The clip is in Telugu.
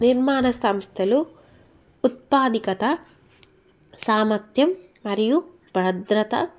నిర్మాణ సంస్థలు ఉత్పాదికత సామర్థ్యం మరియు భద్రత